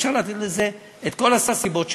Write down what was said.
אפשר לתת לזה את כל הסיבות שבעולם,